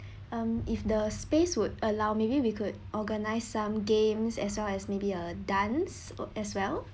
um if the space would allow maybe we could organise some games as well as maybe a dance as well